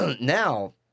now